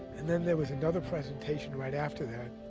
and then there was another presentation right after that,